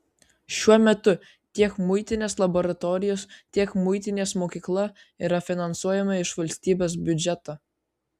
šiuo metu tiek muitinės laboratorijos tiek muitinės mokykla yra finansuojama iš valstybės biudžeto